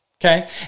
okay